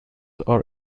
are